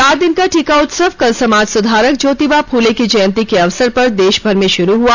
चार दिन का टीका उत्सव कल समाज सुधारक ज्योतिबा फुले की जयंती के अवसर पर देशभर में शुरू हुआ